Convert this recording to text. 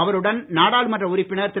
அவருடன் நாடாளுமன்ற உறுப்பினர் திரு